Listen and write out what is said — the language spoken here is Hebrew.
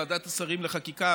ועדת השרים לחקיקה,